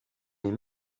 les